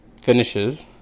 finishes